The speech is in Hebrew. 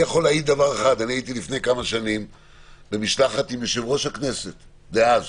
אני יכול להעיד שאני הייתי לפני כמה שנים במשלחת עם יושב-ראש הכנסת דאז,